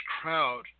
crowd